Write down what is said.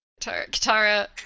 Katara